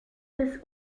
bis